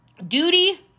Duty